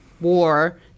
war